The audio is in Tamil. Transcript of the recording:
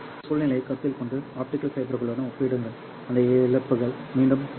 இந்த சூழ்நிலையை கருத்தில் கொண்டு ஆப்டிகல் ஃபைபர்களுடன் ஒப்பிடுங்கள் அதன் இழப்புகள் மீண்டும் 0